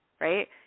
right